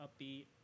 upbeat